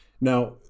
Now